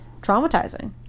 traumatizing